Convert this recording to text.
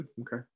okay